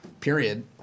Period